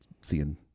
seeing